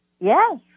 Yes